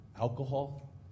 alcohol